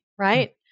Right